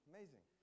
Amazing